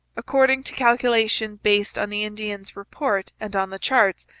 according to calculation based on the indians' reports and on the charts,